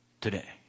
today